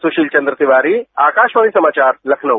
सुशील चंद्र तिवारी आकाशवाणी समाचार लखनऊ